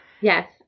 Yes